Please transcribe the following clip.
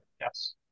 yes